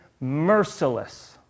merciless